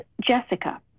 Jessica